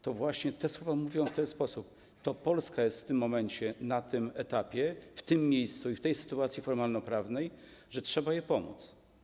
To właśnie te słowa mówią w ten sposób: to Polska jest w tym momencie na tym etapie, w tym miejscu i w tej sytuacji formalnoprawnej, że trzeba jej pomóc.